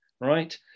right